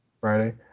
Friday